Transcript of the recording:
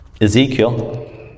Ezekiel